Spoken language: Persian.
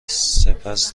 سپس